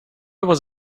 was